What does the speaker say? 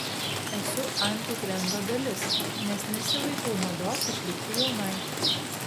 esu antitrendo dalis nes nesivaikau mados išlikti jaunai